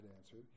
answered